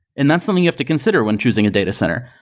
and that's something you have to consider when choosing a data center.